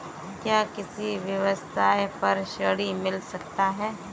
क्या किसी व्यवसाय पर ऋण मिल सकता है?